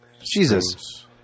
Jesus